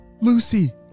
Lucy